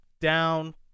down